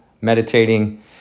meditating